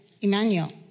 Emmanuel